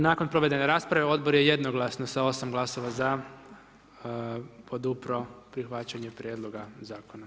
Nakon provedene rasprave Odbor je jednoglasno sa 8 glasova ZA, podupro prihvaćanje prijedloga Zakona.